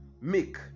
make